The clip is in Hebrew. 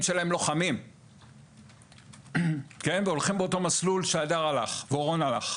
שלהם לוחמים והולכים באותו מסלול שהדר ואורון הלכו.